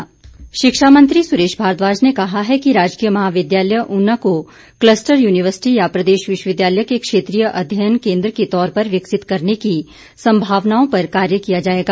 सुरेश भारद्वाज शिक्षा मंत्री सुरेश भारद्वाज ने कहा है कि राजकीय महाविद्यालय ऊना को कलस्टर यूनिवर्सिटी या प्रदेश विश्वविद्यालय के क्षेत्रीय अध्ययन केंद्र के तौर पर विकसित करने की संभावनाओं पर कार्य किया जाएगा